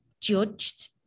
judged